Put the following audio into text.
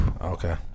okay